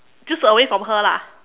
just away from her lah